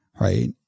right